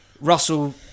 Russell